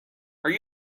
are